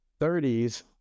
30s